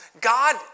God